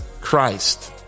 christ